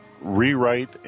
rewrite